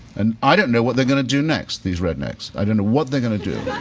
and i don't know what they're going to do next, these rednecks, i don't know what they're going to do.